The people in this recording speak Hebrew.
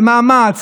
במאמץ,